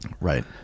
Right